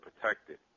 protected